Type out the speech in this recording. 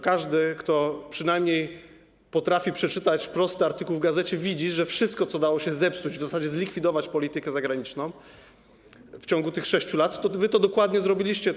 Każdy, kto przynajmniej potrafi przeczytać prosty artykuł w gazecie, widzi, że wszystko, co dało się zepsuć, a w zasadzie zlikwidować, jeśli chodzi o politykę zagraniczną, w ciągu tych 6 lat wy dokładnie zepsuliście.